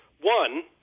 One